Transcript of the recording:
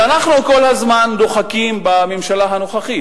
כל הזמן אנחנו דוחקים בממשלה הנוכחית.